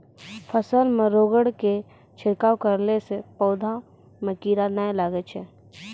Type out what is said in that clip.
फसल मे रोगऽर के छिड़काव करला से पौधा मे कीड़ा नैय लागै छै?